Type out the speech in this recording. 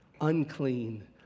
unclean